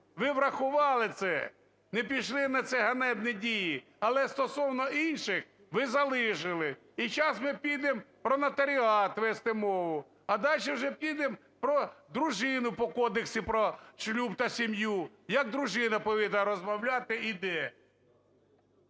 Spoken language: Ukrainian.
ви врахували це, не пішли на ці ганебні дії. Але стосовно інших ви залишили. І сейчас ми підемо про нотаріат вести мову. А дальше вже підемо про дружину по Кодексу про шлюб та сім'ю – як дружина повинна розмовляти і де.